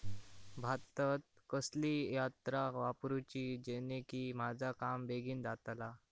भातात कसली यांत्रा वापरुची जेनेकी माझा काम बेगीन जातला?